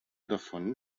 davon